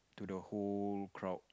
to the whole crowd